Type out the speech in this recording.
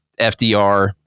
FDR